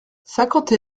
cinquante